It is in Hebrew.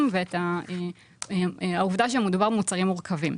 ואת העובדה שמדובר במוצרים מורכבים.